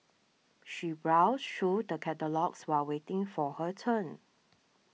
she browsed through the catalogues while waiting for her turn